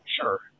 sure